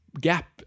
gap